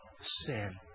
sin